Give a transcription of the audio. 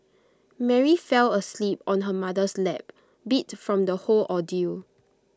Mary fell asleep on her mother's lap beat from the whole ordeal